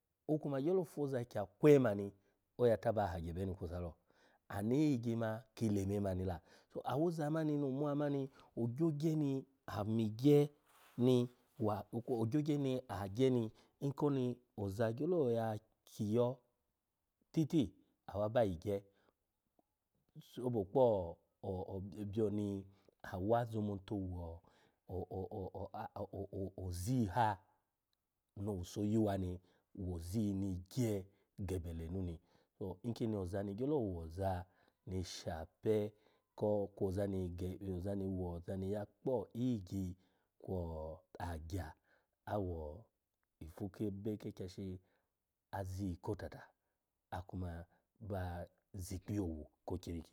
Okuma gyelo foza kya kwe mani oya taba hagye ebeni kusa lo. Ani iyigye ki le mema ni la so awoz mani no muwa mani ogyogye ni ami gye ni wa kwo ogyogye aha gye ni nkoni oza gyelo ya kyi iyo titi awa ba yi gye sobo kpo o-byo byo ni awa zomonto wo o-o-oziyi ha no owuso yuwa ni, wo oziyi ni gye gebe lenu ni, to nkini ozani gyelo oza shape ko kwo ozani ge kwo ozani ya kpi iyigyi, kwo agya awo ifu kebe ka akyashi aziyi kotata akuma ba zi ikpiye owu ko kiriki.